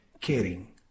caring